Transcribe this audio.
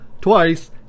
twice